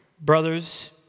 brothers